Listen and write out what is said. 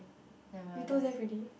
you two left already